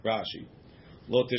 Rashi